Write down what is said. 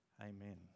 Amen